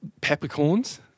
peppercorns